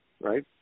right